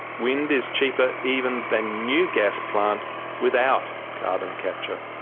wind is cheaper even than new gas plant without carbon capture.